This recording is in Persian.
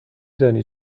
دانی